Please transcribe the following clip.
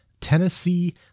Tennessee